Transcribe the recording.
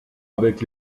avec